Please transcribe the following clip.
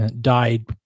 died